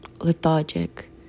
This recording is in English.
lethargic